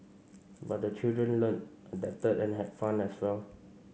but the children learnt adapted and had fun as well